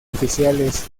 oficiales